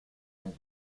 règle